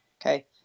Okay